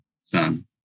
son